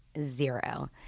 zero